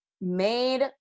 made